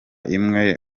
imwe